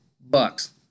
Bucks